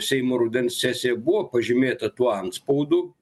seimo rudens sesija buvo pažymėta tuo antspaudu